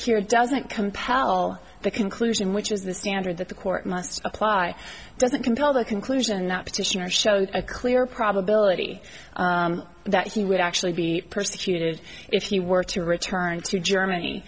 here doesn't compel the conclusion which is the standard that the court must apply doesn't compel the conclusion that petitioner show a clear probability that he would actually be persecuted if he were to return to germany